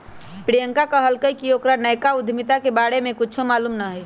प्रियंका कहलकई कि ओकरा नयका उधमिता के बारे में कुछो मालूम न हई